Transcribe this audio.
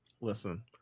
Listen